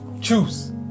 choose